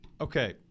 Okay